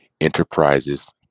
Enterprises